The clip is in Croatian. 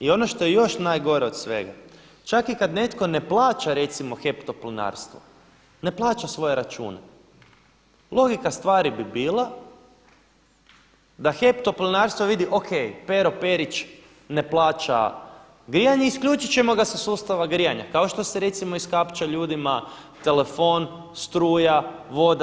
I ono što je još najgore od svega čak i kad netko ne plaća recimo HEP Toplinarstvo, ne plaća svoj račun, logika stvari bi bila da HEP Toplinarstvo vidi, o.k. Pero Perić ne plaća grijanje, isključit ćemo ga sa sustava grijanja kao što se recimo iskapča ljudima telefon, struja, voda.